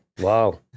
wow